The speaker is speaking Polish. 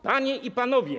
Panie i Panowie!